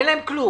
אין להם כלום.